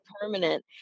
permanent